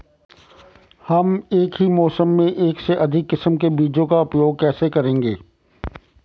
हम एक ही मौसम में एक से अधिक किस्म के बीजों का उपयोग कैसे करेंगे?